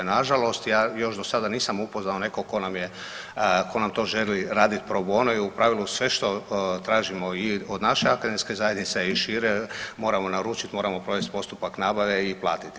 Nažalost ja još dosada nisam upoznao nekog tko nam je, tko nam to želi raditi pro bono i u pravilu sve što tražimo i od naše akademske zajednice, a i šire moramo naručiti, moramo provesti postupak nabave i platiti.